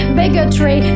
bigotry